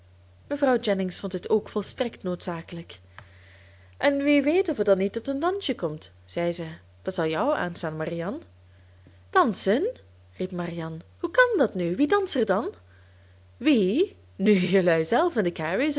mevrouw jennings vond dit ook volstrekt noodzakelijk en wie weet of het dan niet tot een dansje komt zei ze dat zal jou aanstaan marianne dansen riep marianne hoe kan dat nu wie danst er dan wie nu jelui zelf en de careys